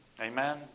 Amen